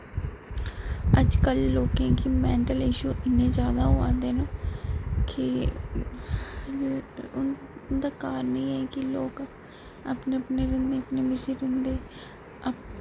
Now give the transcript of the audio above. अज्ज कल लोकें गी मेंटल इश्यू इन्ने जादा होआ दे न कि उंदा कारण एह् ऐ कि लोक अपने अपने रौहंदे अपने बसे रौहंदे